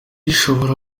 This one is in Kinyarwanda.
ishobora